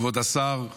כבוד השר לירושלים,